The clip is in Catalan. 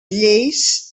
lleis